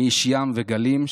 אני איש ים וגלים,